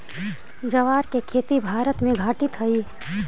ज्वार के खेती भारत में घटित हइ